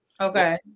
Okay